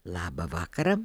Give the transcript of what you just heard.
labą vakarą